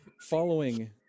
following